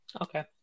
okay